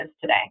today